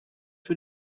für